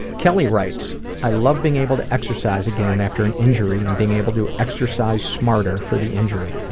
kelly writes i love being able to exercise again after an injury, and being able to exercise smarter for the injury.